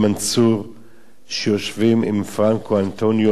שיושבים עם פרנקו אנטוניו, שהוא מטעם הוותיקן.